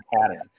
pattern